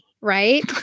right